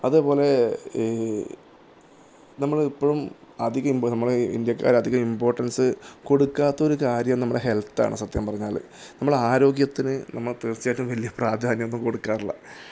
അതേപോലെ നമ്മളിപ്പോഴും അധികം ഇമ്പോർ നമ്മൾ ഇന്ത്യക്കാർ അധികം ഇമ്പോർട്ടൻസ് കൊടുക്കാത്ത ഒരു കാര്യം നമ്മുടെ ഹെൽത്താണ് സത്യം പറഞ്ഞാൽ നമ്മൾ ആരോഗ്യത്തിന് നമ്മൾ തീർച്ചയായിട്ടും വലിയ പ്രാധാന്യമൊന്നും കൊടുക്കാറില്ല